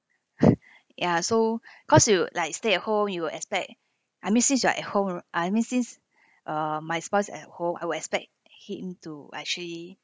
ya so cause you like stay at home you will expect I mean since you are at home I mean since uh my spouse at home I will expect him to actually